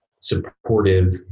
supportive